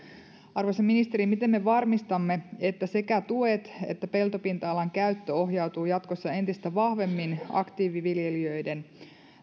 arvoisa ministeri miten me varmistamme että sekä tuet että peltopinta alan käyttö ohjautuvat jatkossa entistä vahvemmin aktiiviviljelijöiden